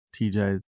TJ